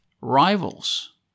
rivals